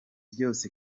byose